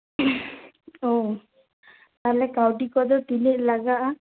ᱚ ᱛᱟᱦᱚᱞᱮ ᱠᱟᱹᱣᱰᱤ ᱠᱚᱫᱚ ᱛᱤᱱᱟᱹᱜ ᱞᱟᱜᱟᱜᱼᱟ